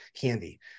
candy